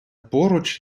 поруч